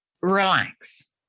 relax